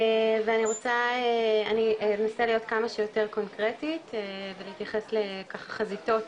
אני אנסה להיות כמה שיותר קונקרטית ולהתייחס לחזיתות